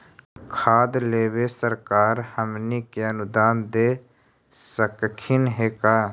खाद लेबे सरकार हमनी के अनुदान दे सकखिन हे का?